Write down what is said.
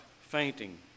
fainting